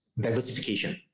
diversification